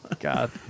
God